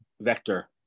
vector